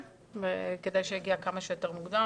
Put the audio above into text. כדאי שיגיע כמה שיותר מוקדם,